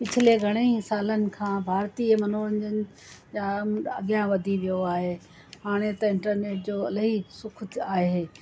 पिछले घणेई सालनि खां भारतीय मनोरंजन जाम अॻियां वधी वियो आहे हाणे त इंटरनेट जो इलाही सुख आहे